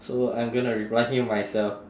so I'm going to reply him myself